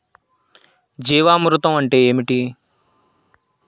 జీవామృతం అంటే ఏమిటి?